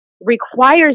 Requires